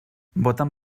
voten